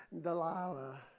Delilah